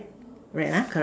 red lah correct